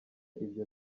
ibyo